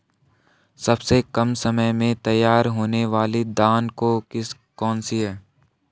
सबसे कम समय में तैयार होने वाली धान की किस्म कौन सी है?